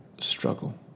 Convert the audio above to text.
struggle